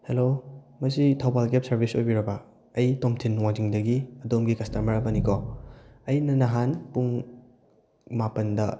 hello ꯃꯁꯤ Thoubal cab service ꯑꯣꯏꯕꯤꯔꯕꯥ ꯑꯩ ꯇꯣꯝꯊꯤꯟ ꯋꯥꯡꯖꯤꯡꯗꯒꯤ ꯑꯗꯣꯝꯒꯤ ꯀꯁꯇꯃꯔ ꯑꯃꯅꯤꯀꯣ ꯑꯩꯅ ꯅꯍꯥꯟ ꯄꯨꯡ ꯃꯥꯄꯟꯗ